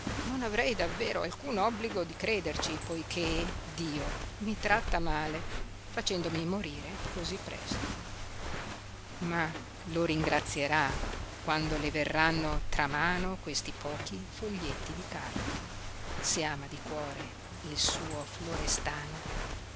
non avrei davvero alcun obbligo di crederci poiché dio mi tratta male facendomi morire così presto ma lo ringrazierà quando le verranno tra mano questi pochi foglietti di carta se ama di cuore il suo florestano